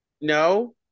no